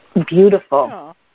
Beautiful